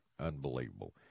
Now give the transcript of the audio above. unbelievable